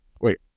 Wait